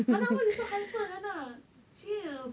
hannah why you so hyper chill